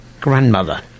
grandmother